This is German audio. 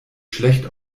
schlecht